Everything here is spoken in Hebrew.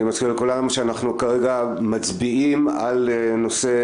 אני מזכיר לכולם שאנחנו כרגע מצביעים על נושא